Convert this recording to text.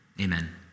Amen